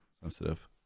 sensitive